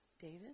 David